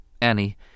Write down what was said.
Annie